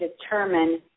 determine